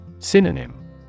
Synonym